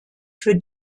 für